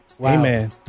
Amen